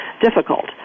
difficult